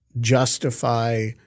justify –